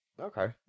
Okay